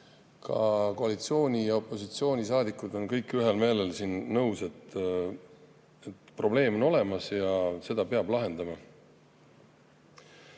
ka koalitsiooni- ja opositsioonisaadikud on kõik ühel meelel, nõus, et probleem on olemas ja selle peab lahendama. Küll